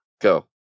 Go